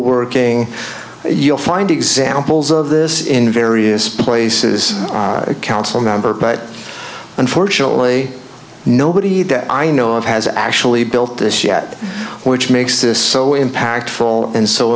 working you'll find examples of this in various places council number but unfortunately nobody that i know of has actually built this yet which makes this so impactful and so